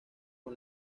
con